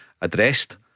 addressed